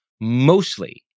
mostly